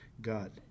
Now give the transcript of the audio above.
God